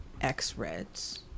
X-Reds